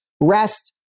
rest